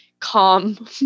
Calm